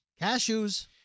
Cashews